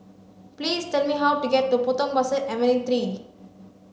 please tell me how to get to Potong Pasir Avenue three